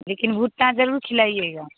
लेकिन भुट्टा ज़रूर खिलाइएगा